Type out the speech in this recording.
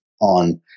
on